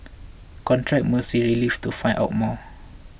contact Mercy Relief to find out more